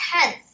tenth